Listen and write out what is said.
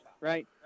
right